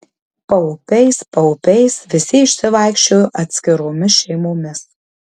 paupiais paupiais visi išsivaikščiojo atskiromis šeimomis